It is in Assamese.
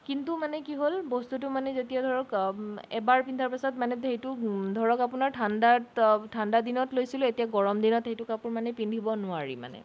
কিন্তু মানে কি হ'ল বস্তুটো মানে যেতিয়া ধৰক এবাৰ পিন্ধা পিছত মানে সেইটো ধৰক আপোনাৰ ঠাণ্ডাত ঠাণ্ডাৰ দিনত লৈছিলোঁ এতিয়া গৰম দিনত সেইটো কাপোৰ মানে পিন্ধিব নোৱাৰি মানে